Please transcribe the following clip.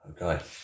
Okay